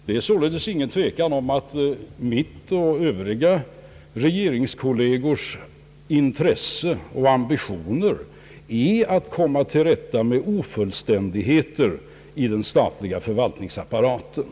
Det råder inte något tvivel om att min och mina regeringskollegers ambition är att komma till rätta med ofullständigheter i den statliga förvaltningsapparaten.